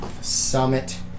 Summit